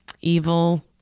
evil